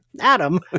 Adam